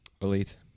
Elite